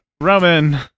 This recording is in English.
Roman